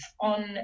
on